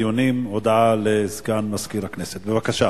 הודעה לסגן מזכיר הכנסת, בבקשה.